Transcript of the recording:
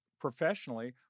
professionally